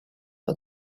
for